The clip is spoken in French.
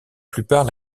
plupart